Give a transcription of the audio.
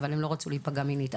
אבל הן לא רצו להיפגע מינית.